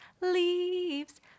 leaves